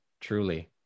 Truly